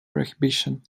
prohibition